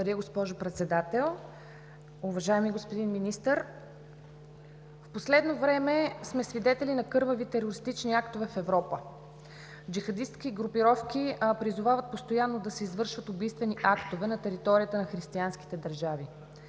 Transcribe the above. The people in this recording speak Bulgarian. Благодаря, госпожо Председател. Уважаеми господин министър, в последно време сме свидетели на кървави терористични актове в Европа. Джихадистки групировки призовават постоянно да се извършват убийствени актове на територията на християнските държави.